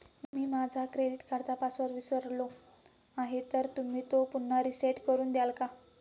मी माझा क्रेडिट कार्डचा पासवर्ड विसरलो आहे तर तुम्ही तो पुन्हा रीसेट करून द्याल का?